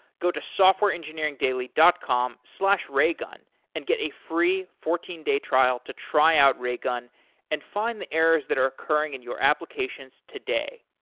go to softwareengineeringdaily dot com slash raygun and get a free fourteen day trial to try out raygun and find the errors that are occurring in your applications today.